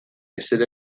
ezer